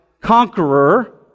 conqueror